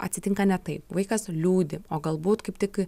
atsitinka netaip vaikas liūdi o galbūt kaip tik